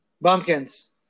Bumpkins